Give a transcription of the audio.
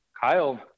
kyle